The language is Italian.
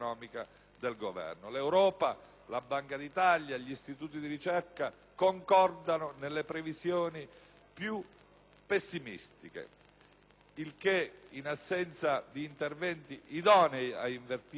L'Europa, la Banca d'Italia, gli istituti di ricerca concordano nelle previsioni più pessimistiche, il che, in assenza di interventi idonei a invertire la tendenza,